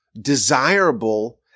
desirable